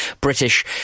British